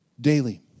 daily